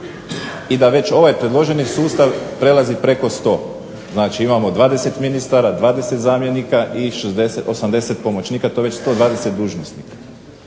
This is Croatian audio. i da već ovaj predloženi sustav prelazi preko 100. Znači, imamo 20 ministara, 20 zamjenika i 80 pomoćnika. To je već 120 dužnosnika.